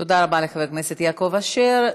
תודה רבה לחבר הכנסת יעקב אשר.